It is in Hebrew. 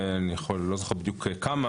אני לא זוכר כמה,